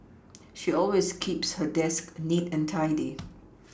she always keeps her desk neat and tidy